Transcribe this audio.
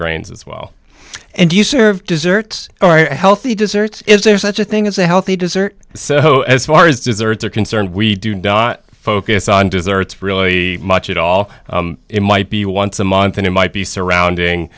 grains as well and you serve desserts or healthy desserts is there such a thing as a healthy dessert so as far as desserts are concerned we do focus on desserts really much at all it might be once a month and it might be surrounding